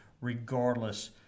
regardless